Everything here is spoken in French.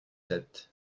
sept